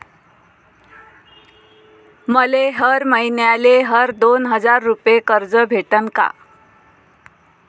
मले हर मईन्याले हर दोन हजार रुपये कर्ज भेटन का?